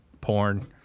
porn